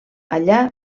allà